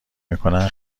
میکنند